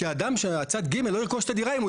כי צד ג' לא ירכוש את הדירה אם הוא